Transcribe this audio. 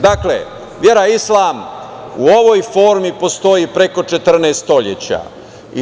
Dakle vera islam u ovoj formi postoji preko 14 vekova.